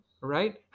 right